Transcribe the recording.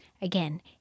again